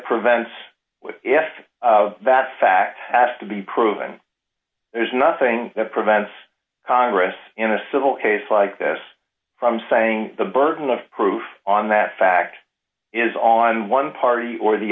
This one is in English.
prevents if that fact has to be proven there's nothing that prevents congress in a civil case like this from saying the burden of proof on that fact is on one party or the